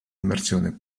immersione